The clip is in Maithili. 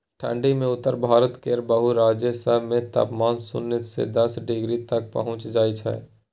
ठंढी मे उत्तर भारत केर बहुते राज्य सब मे तापमान सुन्ना से दस डिग्री तक पहुंच जाइ छै